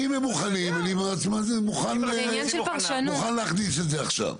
אם הם מוכנים, אז אני מוכן להכניס את זה עכשיו.